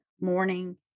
morning